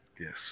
yes